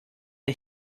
del